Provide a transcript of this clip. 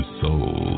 soul